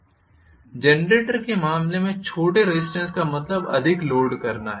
generator के मामले में छोटे रेज़िस्टेन्स का मतलब अधिक लोड करना है